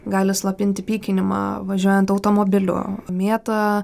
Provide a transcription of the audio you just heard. gali slopinti pykinimą važiuojant automobiliu mėta